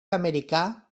americà